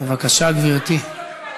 בבקשה, גברתי.